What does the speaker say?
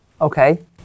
Okay